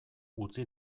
utzi